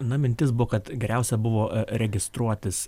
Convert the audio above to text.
na mintis buvo kad geriausia buvo registruotis